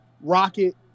Rocket